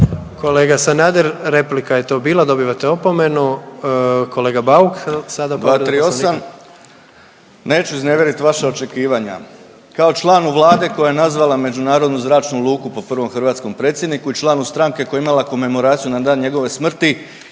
Kolega Sanader, replika je to bila dobivate opomenu. Kolega Bauka sada